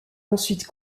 ensuite